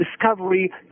discovery